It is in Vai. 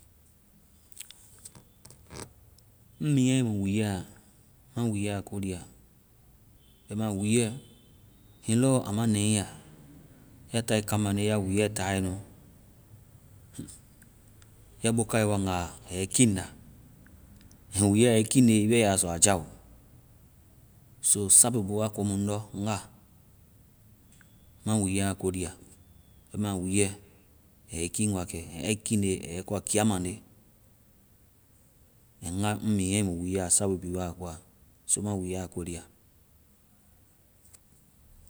ŋ miinyaemu wuuɛ a. Ma wuuɛ a ko lia. Bɛma wuuɛ, hiŋi lɔ a ma nɛii la, ya taae kaŋ mande ya wuuɛ taaye nu, ya bokae ii waŋga a, ai yɛ kiŋna. Hiŋi wuuɛ ya ii kiŋne, ii be a sɔ a jao. Sabu bii wa ko mu, ndɔ nga, ma wuuɛ a ko lia. Bɛma wuuɛ a yɛ i kiŋ wakɛ. A ii kiŋne a yɛ ii kɔa kiia mande. Ɛŋ nga, ŋ miinyaemu wuuɛ a sabu bii wa koa. so ma wuuɛ a ko li̍a.